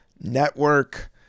network